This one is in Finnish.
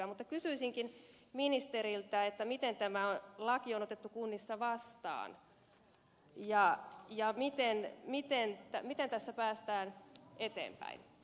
mutta kysyisinkin ministeriltä miten tämä laki on otettu kunnissa vastaan ja miten tässä päästään eteenpäin